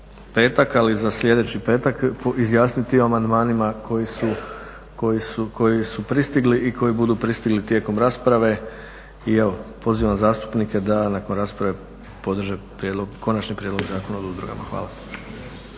petak ali za sljedeći petak izjasniti o amandmanima koji su pristigli i koji budu pristigli tijekom rasprave. I evo pozivam zastupnike da nakon rasprave podrže, konačni prijedlog Zakona o udrugama. Hvala.